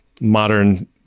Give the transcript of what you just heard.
modern